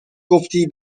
گفتی